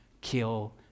kill